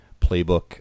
playbook